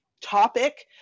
topic